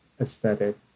aesthetic